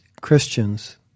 Christians